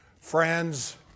friends